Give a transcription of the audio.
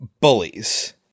bullies